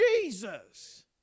Jesus